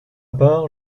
part